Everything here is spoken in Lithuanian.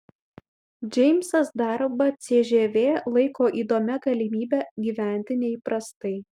džeimsas darbą cžv laiko įdomia galimybe gyventi neįprastai